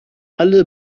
alle